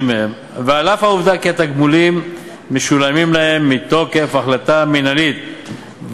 מהם ועל אף העובדה שהתגמולים משולמים להם מתוקף החלטה מינהלית,